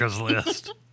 list